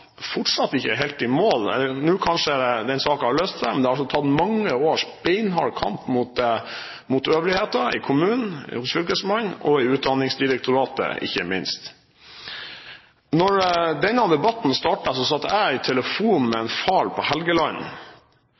fortsatt ikke er helt i mål. Nå har kanskje saken løst seg, men det har tatt mange års beinhard kamp mot øvrigheta i kommunen, hos fylkesmannen og i Utdanningsdirektoratet, ikke minst. Da denne debatten startet, satt jeg i telefonen med en far på en av øyene i Helgeland.